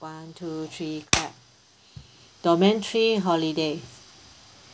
one two three clap domain three holiday